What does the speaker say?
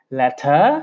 letter